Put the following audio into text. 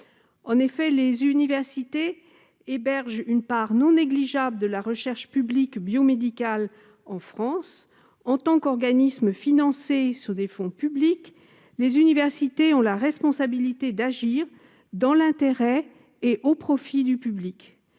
Les universités hébergent une part non négligeable de la recherche publique biomédicale en France. En tant qu'organismes financés sur des fonds publics, elles ont la responsabilité d'agir dans l'intérêt et au profit du public.